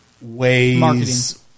ways